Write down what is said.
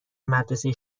مدرسه